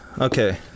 okay